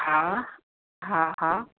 हा हा हा